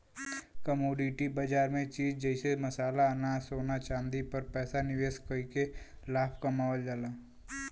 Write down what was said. commodity बाजार में चीज जइसे मसाला अनाज सोना चांदी पर पैसा निवेश कइके लाभ कमावल जाला